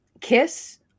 kiss